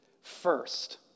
First